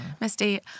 Misty